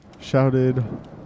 shouted